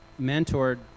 mentored